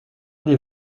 des